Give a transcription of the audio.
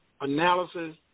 Analysis